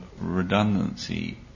redundancy